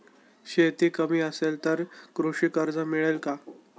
शेती कमी असेल तर कृषी कर्ज मिळेल का?